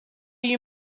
you